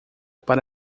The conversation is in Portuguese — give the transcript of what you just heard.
para